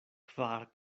kvar